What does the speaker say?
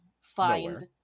find